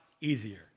easier